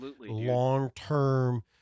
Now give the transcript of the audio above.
long-term